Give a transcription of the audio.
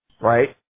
right